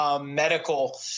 medical